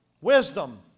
Wisdom